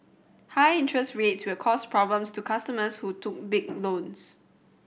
high interest rates will cause problems to customers who took big loans